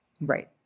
Right